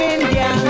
India